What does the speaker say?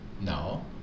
No